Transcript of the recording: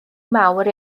mawr